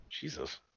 Jesus